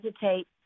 hesitate